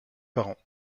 parents